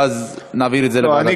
ואז נעביר את זה לוועדת,